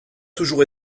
toujours